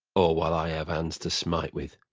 or while i have hands to smite with.